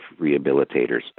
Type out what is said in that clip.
Rehabilitators